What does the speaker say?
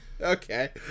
Okay